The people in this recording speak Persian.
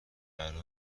برا